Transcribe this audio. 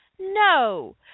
No